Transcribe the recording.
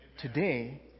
today